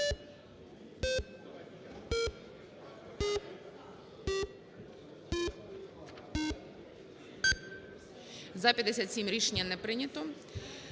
За-57 Рішення не прийнято.